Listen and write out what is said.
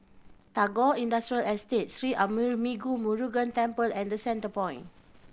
Tagore Industrial Estate Sri Arulmigu Murugan Temple and The Centrepoint